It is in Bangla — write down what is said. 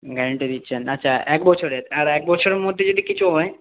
গ্যারেন্টি দিচ্ছেন আচ্ছা এক বছরের আর এক বছরের মধ্যে যদি কিছু হয়